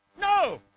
No